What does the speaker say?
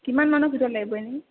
কিমান মানৰ ভিতৰত লাগিব এনেই